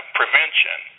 prevention